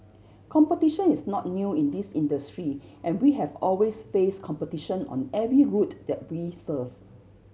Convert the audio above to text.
competition is not new in this industry and we have always faced competition on every route that we serve